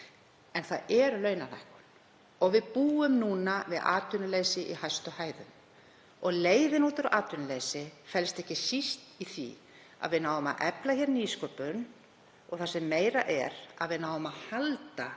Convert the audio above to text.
En það er launalækkun og við búum núna við atvinnuleysi í hæstu hæðum. Leiðin út úr atvinnuleysi felst ekki síst í því að við náum að efla hér nýsköpun og það sem meira er, að við náum að halda